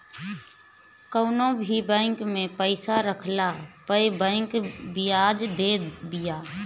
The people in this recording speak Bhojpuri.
कवनो भी बैंक में पईसा रखला पअ बैंक बियाज देत बिया